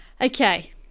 Okay